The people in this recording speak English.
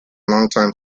longtime